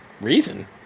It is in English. reason